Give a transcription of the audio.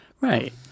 Right